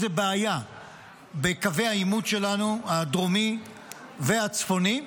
איזו בעיה בקווי העימות הדרומי והצפוני שלנו,